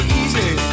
easy